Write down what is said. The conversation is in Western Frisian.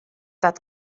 dat